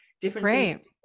different